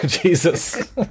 Jesus